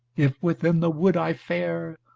if within the wood i fare,